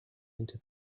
into